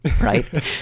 right